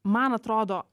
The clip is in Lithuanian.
man atrodo